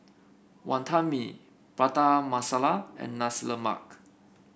Wonton Mee Prata Masala and Nasi Lemak